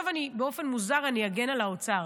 ועכשיו באופן מוזר אני אגן על האוצר,